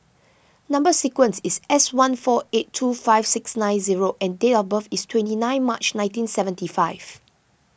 Number Sequence is S one four eight two five six nine zero and date of birth is twenty nine March nineteen seventy five